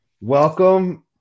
Welcome